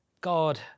God